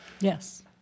Yes